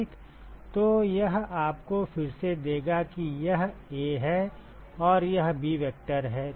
ठीक तो यह आपको फिर से देगा कि यह A है और यह B वेक्टर है